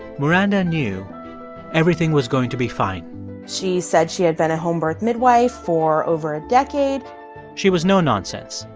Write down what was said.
maranda knew everything was going to be fine she said she had been a home birth midwife for over a decade she was no nonsense,